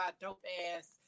dope-ass